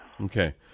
Okay